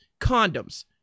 condoms